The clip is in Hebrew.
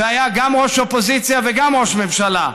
שהיה גם ראש אופוזיציה וגם ראש ממשלה,